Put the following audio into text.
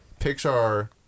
Pixar